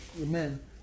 Amen